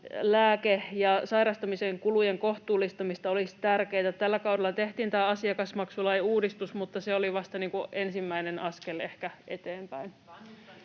lääke‑ ja sairastamisen kulujen kohtuullistamista, olisi tärkeätä. Tällä kaudella tehtiin tämä asiakasmaksulain uudistus, mutta se oli ehkä vasta ensimmäinen askel eteenpäin.